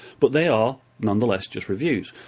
but they are nonetheless just reviews.